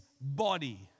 body